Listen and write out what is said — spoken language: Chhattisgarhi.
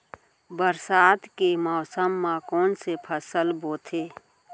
बरसात के मौसम मा कोन से फसल बोथे?